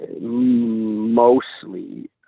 mostly